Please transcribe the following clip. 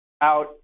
out